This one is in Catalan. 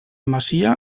masia